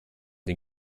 den